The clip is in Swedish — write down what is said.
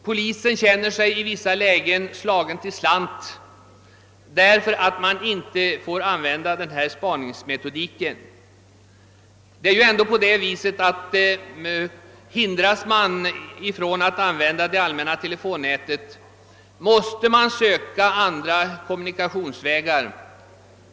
Polisen känner sig i vissa lägen slagen till slant, därför att man inte får använda denna spaningsmetodik. Det är ju ändå på det sättet att hindras narkotikabrottslingarna från att använda det allmänna te lefonnätet, så måste de söka andra kommunikationsvägar.